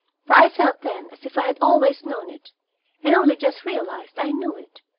for i felt then as if i had always known it and only just realized i knew it,